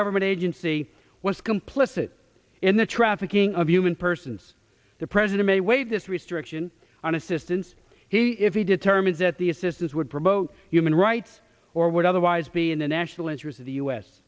government agency was complicit in the trafficking of human persons the president may weigh this restriction on assistance he if he determines that the assistance would promote human rights or would otherwise be in the national interest of the u